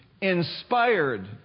inspired